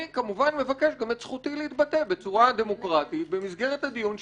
אני כמובן מבקש גם את זכותי להתבטא בצורה דמוקרטית במסגרת הדיון שייערך,